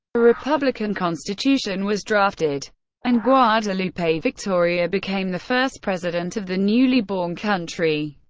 a republican constitution was drafted and guadalupe victoria became the first president of the newly born country.